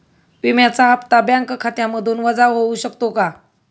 विम्याचा हप्ता बँक खात्यामधून वजा होऊ शकतो का?